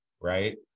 right